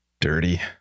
dirty